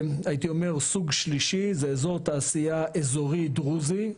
הייתי אומר סוג שלישי זה אזור תעשייה אזורי דרוזי,